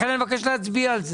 זו גם לא העברה תקציבית רגילה,